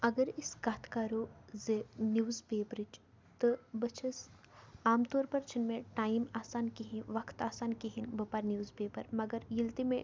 اگر أسۍ کَتھ کَرو زِ نِوٕز پیپرٕچ تہٕ بہٕ چھَس عام طور پَر چھُنہٕ مےٚ ٹایم آسان کِہیٖنۍ وَقت آسان کِہیٖنۍ بہٕ پَرٕ نِوٕز پیپَر مگر ییٚلہِ تہِ مےٚ